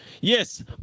Yes